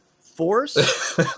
force